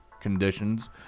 conditions